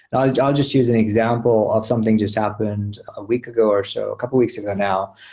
i'll and just use an example of something just happened a week ago or so, a couple of weeks ago now.